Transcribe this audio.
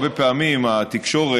הרבה פעמים התקשורת,